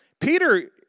Peter